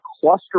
cluster